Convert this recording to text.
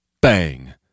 Bang